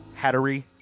Hattery